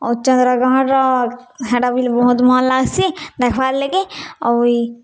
ଆଉ ଚନ୍ଦ୍ରଗ୍ରହଣର ହେଟା ବି ବହୁତ୍ ମନ୍ ଲାଗ୍ସି ଦେଖ୍ବାର୍ ଲାଗି ଆଉ